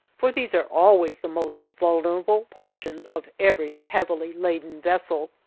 for these are always the most vulnerable portions of every heavily laden vessel,